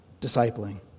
discipling